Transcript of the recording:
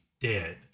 dead